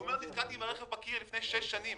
הוא אומר שהוא נתקע בקיר לפני שש שנים